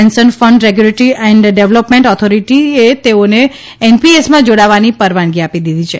pension fund regulatory અને development ઓથોરિટીએ તેઓને એનપીએસમાં જોડાવાની પરવાનગી આપી છે